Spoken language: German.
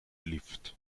lift